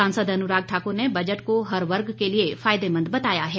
सांसद अनुराग ठाकुर ने बजट को हर वर्ग के लिए फायदेमंद बताया है